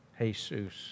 Jesus